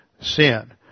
sin